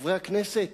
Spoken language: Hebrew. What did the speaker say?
חברי הכנסת,